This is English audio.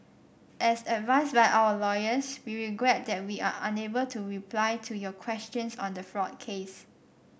as advised by our lawyers we regret that we are unable to reply to your questions on the fraud case